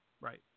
Right